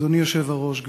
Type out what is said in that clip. אדוני היושב-ראש,